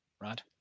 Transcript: right